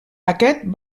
aquest